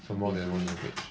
so more than one language